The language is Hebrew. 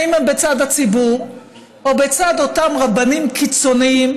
האם הם בצד הציבור או בצד אותם רבנים קיצונים,